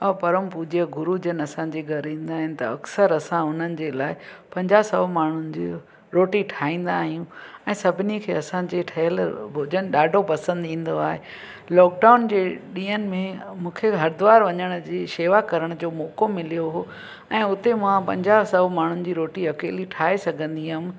परम पुज्य गुरु जनि असांजे घर ईंदा आहिनि त अक्सर असां उन्हनि जे लाइ पंजाहु सौ माण्हुनि जी रोटी ठाहींदा आहियूं ऐं सभिनी खे असांजे ठहियलु भोजन ॾाढो पसंदि ईंदो आहे लोकडाउन जे ॾींहनि में मूंखे हरिद्वार वञण जी शेवा करण जो मौको मिलियो उहो ऐं उते मां पंजाहु सौ माण्हुनि जी रोटी अकेली ठाहे सघंदी हुअमि